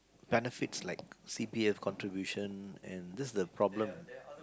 benefits like C_P_F contributions and that's the problem